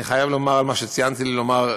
אני חייב לומר את מה שציינתי לי לומר,